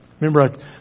Remember